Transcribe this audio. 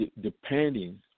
depending